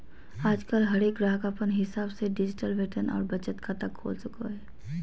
आजकल हरेक गाहक अपन हिसाब से डिजिटल वेतन और बचत खाता खोल सको हय